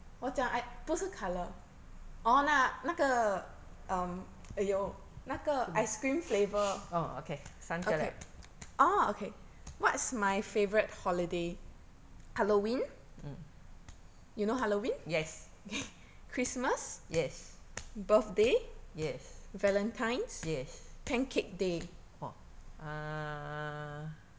mm orh okay 三个了 mm yes yes yes yes orh uh